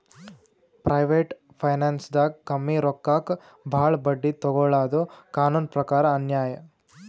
private ಫೈನಾನ್ಸ್ದಾಗ್ ಕಮ್ಮಿ ರೊಕ್ಕಕ್ ಭಾಳ್ ಬಡ್ಡಿ ತೊಗೋಳಾದು ಕಾನೂನ್ ಪ್ರಕಾರ್ ಅನ್ಯಾಯ್